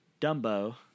Dumbo